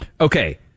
Okay